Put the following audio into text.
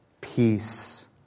peace